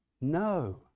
No